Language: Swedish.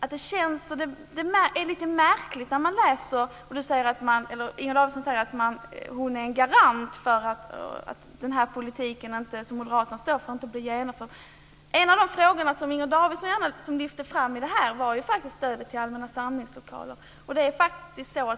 att det är lite märkligt när hon säger att hon är en garant för att den politik som moderaterna står för inte blir genomförd. En av de frågor som Inger Davidson lyfte fram var stödet till allmänna samlingslokaler.